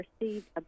received